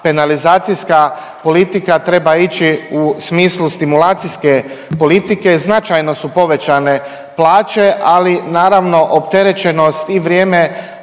penalizacijska politika treba ići u smislu stimulacijske politike. Značajno su povećane plaće, ali naravno opterećenost i vrijeme